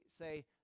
say